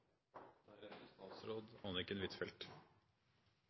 der er